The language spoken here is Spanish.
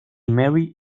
mary